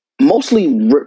mostly